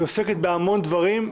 היא עוסקת בהמון דברים,